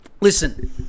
Listen